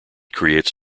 creates